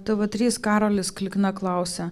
tv trys karolis klikna klausia